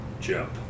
jump